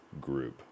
group